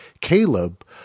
Caleb